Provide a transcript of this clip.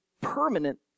permanent